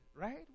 right